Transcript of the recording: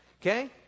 okay